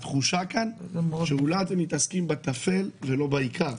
התחושה כאן היא שאולי אתם מתעסקים בתפל ולא בעיקר,